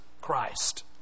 Christ